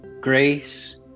Grace